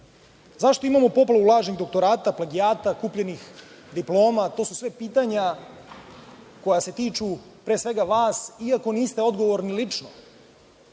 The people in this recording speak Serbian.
Zašto imamo poplavu lažnih doktorata, plagijata, kupljenih diploma? To su sve pitanja koja se tiču pre svega vas, iako niste odgovorni lično.